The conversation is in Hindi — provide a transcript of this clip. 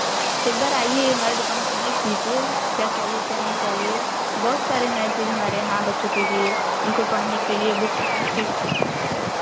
एक बार आईए हमारे दुकान पर देख लीजिए क्या चाहिए क्या नहीं चाहिए बहुत सारे हैं जिन्हें हमारे यहाँ बच्चों के लिए उनको पढ़ने के बुक हैं